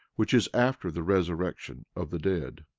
which is after the resurrection of the dead.